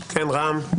כן רם?